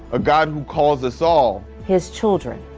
a god who calls us all his children.